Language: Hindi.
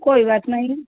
कोई बात नहीं